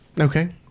Okay